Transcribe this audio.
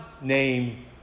name